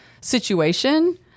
situation